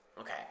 Okay